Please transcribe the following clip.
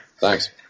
thanks